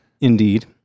Indeed